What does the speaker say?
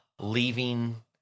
leaving